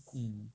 mm